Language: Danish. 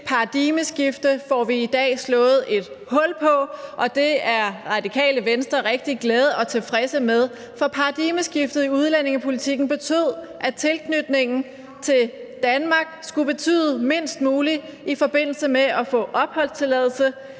Det paradigmeskifte får vi i dag slået et hul på, og det er Det Radikale Venstre rigtig glade for og tilfredse med, for paradigmeskiftet i udlændingepolitikken betød, at tilknytningen til Danmark skulle betyde mindst muligt i forbindelse med at få opholdstilladelse.